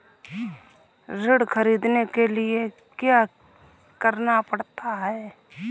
ऋण ख़रीदने के लिए क्या करना पड़ता है?